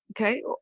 okay